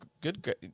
good